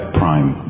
prime